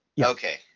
Okay